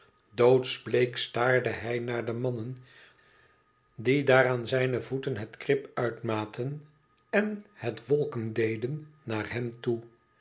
doodsbleek staarde hij naar de mannen die daar aan zijne voeten het krip uitmaten en het wolken deden naar hem toe